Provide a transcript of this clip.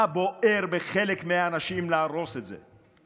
מה בוער בחלק מהאנשים להרוס את זה?